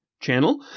channel